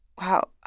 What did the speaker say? Wow